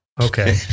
Okay